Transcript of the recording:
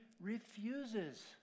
refuses